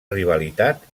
rivalitat